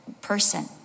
person